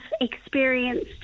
experienced